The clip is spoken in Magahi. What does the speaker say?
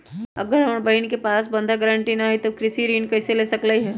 अगर हमर बहिन के पास बंधक गरान्टी न हई त उ कृषि ऋण कईसे ले सकलई ह?